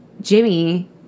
Jimmy